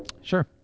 Sure